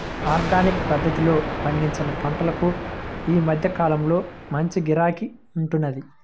organic పద్ధతిలో పండించిన పంటలకు ఈ మధ్య కాలంలో మంచి గిరాకీ ఉంటున్నది